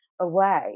away